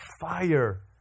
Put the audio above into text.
fire